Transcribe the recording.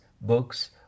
books